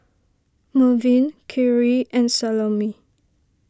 Mervin Khiry and Salome